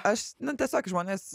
aš tiesiog žmonės